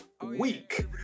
week